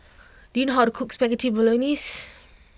do you know how to cook Spaghetti Bolognese